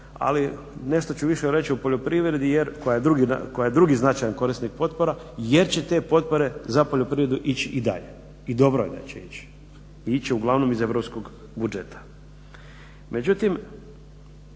ali nešto ću više reći o poljoprivredi jer, koja je drugi značajan korisnik potpora jer će te potpore za poljoprivredu ići i dalje. I dobro je da će ići. I ići će uglavnom iz europskog budžeta. Međutim,